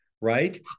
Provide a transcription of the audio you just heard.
right